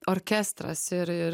orkestras ir ir